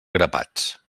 grapats